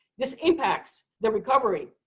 this impacts the recovery